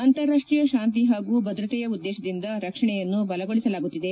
ಅಂತಾರಾಷ್ಟೀಯ ಶಾಂತಿ ಪಾಗೂ ಭದ್ರತೆಯ ಉದ್ದೇಶದಿಂದ ರಕ್ಷಣೆಯನ್ನು ಬಲಗೊಳಿಸಲಾಗುತ್ತಿದೆ